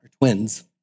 twins